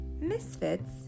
misfits